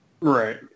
Right